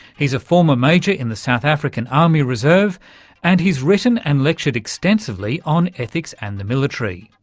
he's a former major in the south african army reserve and he's written and lectured extensively on ethics and the military.